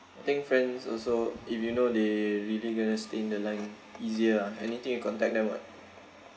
I think friends also if you know they really going to stay in the line easier ah anything you contact them [what]